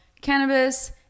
cannabis